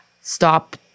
stop